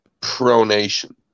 pronation